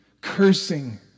cursing